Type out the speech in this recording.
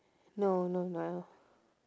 no no no